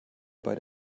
bei